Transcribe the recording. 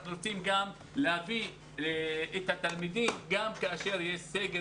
אנחנו רוצים להביא את התלמידים גם כאשר יש סגר,